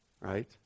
right